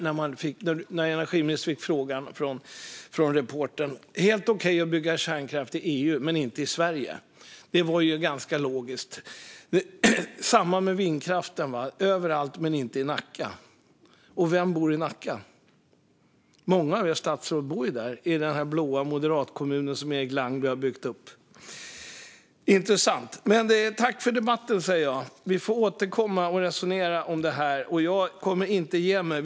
När energiministern fick frågan av reportern sa han att det är helt okej att bygga kärnkraft i EU men inte i Sverige. Det var ju ganska logiskt. Detsamma gäller vindkraften - överallt men inte i Nacka. Och vem bor i Nacka? Många av er statsråd bor ju där, i den blå moderatkommunen som Erik Langby har byggt upp. Intressant! Tack för debatten! Vi får återkomma och resonera om detta. Jag kommer inte att ge mig.